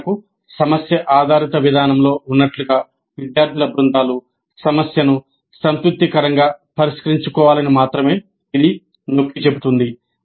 బోధనకు సమస్య ఆధారిత విధానంలో ఉన్నట్లుగా విద్యార్థుల బృందాలు సమస్యను సంతృప్తికరంగా పరిష్కరించుకోవాలని మాత్రమే ఇది నొక్కి చెబుతుంది